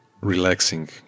relaxing